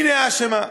הנה האשמה.